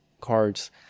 cards